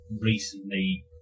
recently